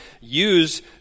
use